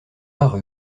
rue